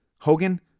Hogan